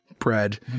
bread